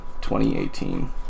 2018